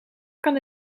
kan